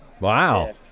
Wow